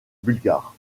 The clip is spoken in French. bulgares